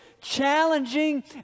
challenging